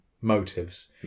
motives